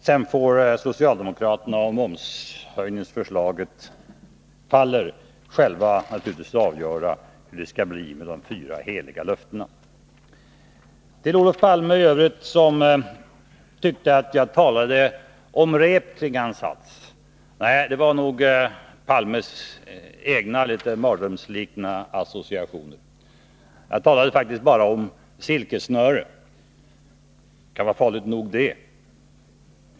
Sedan får socialdemokraterna, om momshöjningsförslaget faller, naturligtvis själva avgöra hur det skall bli med de fyra heliga löftena. Olof Palme trodde att jag talade om ett rep kring hans hals. Nej, det var nog Olof Palmes egna associationer. Jag talade faktiskt om silkessnöre — men det kan vara farligt nog.